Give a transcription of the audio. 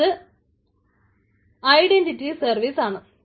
അത് identity service ആണ്